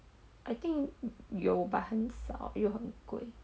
I think you but 很少又很贵